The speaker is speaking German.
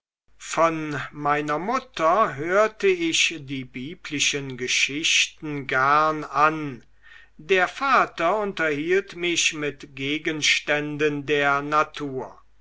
von meiner mutter hörte ich die biblischen geschichten gern an der vater unterhielt mich mit gegenständen der natur